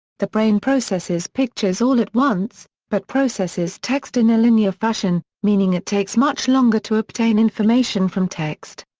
the brain processes pictures all at once, but processes text in a linear fashion, meaning it takes much longer to obtain information from text.